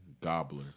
gobbler